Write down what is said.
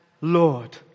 Lord